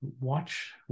watch